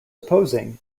opposing